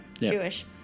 Jewish